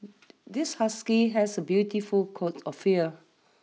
this husky has a beautiful coat of fear